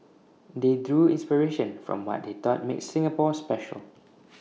they drew inspiration from what they thought made Singapore special